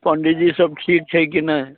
पण्डीजी सभ ठीक छै कि नहि